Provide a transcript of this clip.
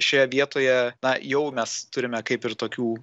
šioje vietoje na jau mes turime kaip ir tokių